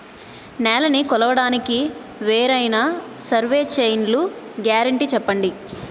నేలనీ కొలవడానికి వేరైన సర్వే చైన్లు గ్యారంటీ చెప్పండి?